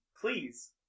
please